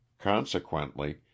Consequently